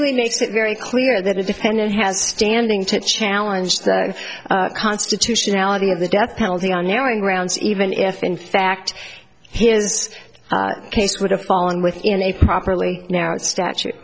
lly makes it very clear that the defendant has standing to challenge the constitutionality of the death penalty are now in grounds even if in fact his case would have fallen within a properly now statu